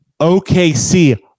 OKC